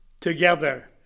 together